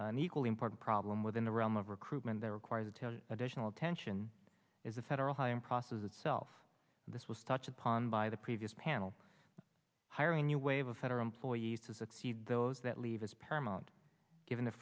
an equally important problem within the realm of recruitment they're required to tell additional attention is the federal hiring process itself this was touched upon by the previous panel hiring new wave of federal employees to succeed those that leave as permanent given the